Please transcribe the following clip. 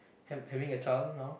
hav~ having a child now